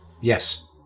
Yes